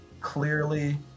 clearly